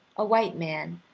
a white man,